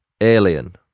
Alien